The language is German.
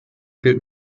gilt